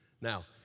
Now